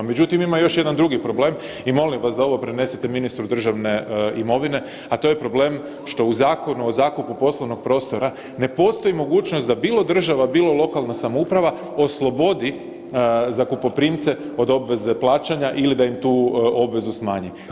Međutim, ima još jedan drugi problem i molim vas da ovo prenesete ministru državne imovine, a to je problem što u Zakonu o zakupu poslovnog prostora ne postoji mogućnost da, bilo država, bilo lokalnih samouprava slobodi zakupoprimce od obveze plaćanja ili da im tu obvezu smanji.